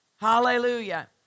Hallelujah